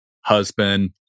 husband